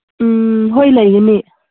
ꯎꯝ ꯍꯣꯏ ꯂꯩꯒꯅꯤ